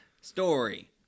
Story